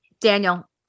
Daniel